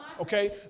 Okay